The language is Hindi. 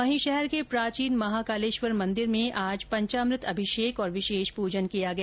वहीं शहर के प्राचीन महाकालेश्वर मंदिर में आज पंचामृत अभिषेक और विशेष पूजन किया गया